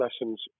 lessons